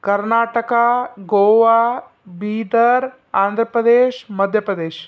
Karnataka Goa Bidar Andhra Pradesh Madhya Pradesh